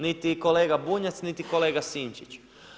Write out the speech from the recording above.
Niti kolega Bunjac niti kolega Sinčić.